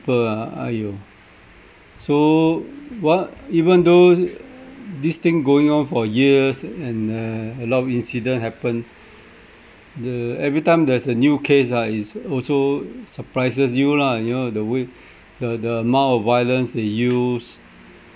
people ah !aiyo! so what even though this thing going on for years and uh a lot of incident happen the every time there's a new case ah is also surprises you lah you know the way the the amount of violence they use